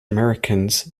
americans